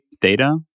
data